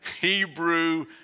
Hebrew